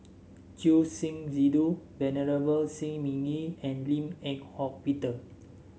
Choor Singh Sidhu Venerable Shi Ming Yi and Lim Eng Hock Peter